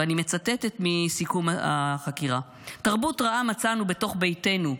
ואני מצטטת מסיכום החקירה: "תרבות רעה מצאנו בתוך ביתנו.